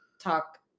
talk